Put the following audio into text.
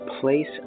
place